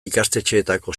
ikastetxeetako